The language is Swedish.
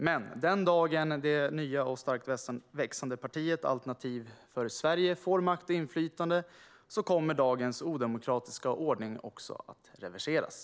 Men den dag det nya och starkt växande partiet Alternativ för Sverige får makt och inflytande kommer dagens odemokratiska ordning att reverseras.